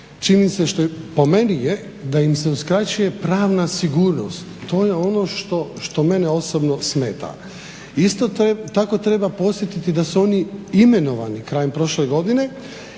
činjenica je po meni je da im se uskraćuje pravna sigurnost, to je ono što mene osobno smeta. Isto tako treba podsjetiti da su oni imenovani krajem prošle godine